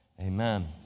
amen